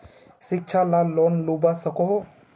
शिक्षा ला लोन लुबा सकोहो?